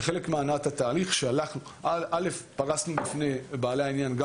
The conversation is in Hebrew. כחלק מהנעת התהליך פרסנו בפני בעלי העניין גם